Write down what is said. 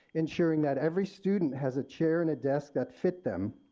ensuring that every student has a chair and a desk that fit them,